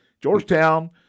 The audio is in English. Georgetown